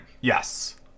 Yes